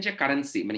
currency